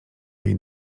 jej